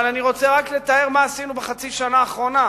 אבל אני רוצה רק לתאר מה עשינו בחצי השנה האחרונה: